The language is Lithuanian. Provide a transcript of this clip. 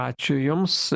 ačiū jums